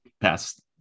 past